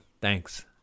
thanks